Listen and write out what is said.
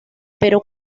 pero